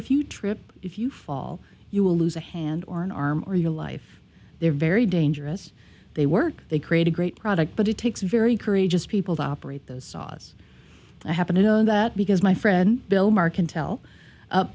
if you trip if you fall you will lose a hand or an arm or your life they're very dangerous they work they create a great product but it takes very courageous people to operate those saws i happen to know that because my friend bill maher can tell